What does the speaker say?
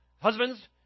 Husbands